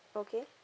okay